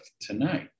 tonight